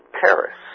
Paris